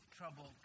trouble